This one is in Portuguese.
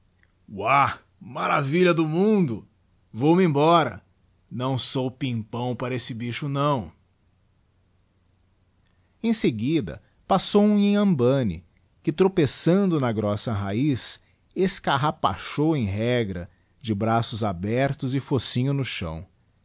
a copa huá maravilhado mundo vou-me embora não sou pimpão para esse bicho não em seguida passou um inhambane que tropeçando na grossa raiz escaitapachou em regra de braços abertos e focinho no chão